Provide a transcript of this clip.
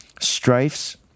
Strifes